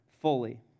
fully